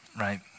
right